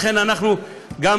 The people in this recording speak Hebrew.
לכן אנחנו אפשרנו,